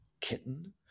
kitten